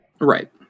Right